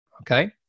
Okay